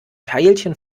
teilchen